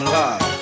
love